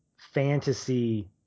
fantasy